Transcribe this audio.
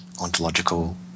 ontological